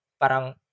parang